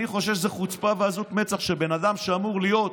אני חושב שזו חוצפה ועזות מצח שבן אדם שאמור להיות